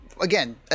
again